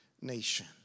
nation